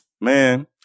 Man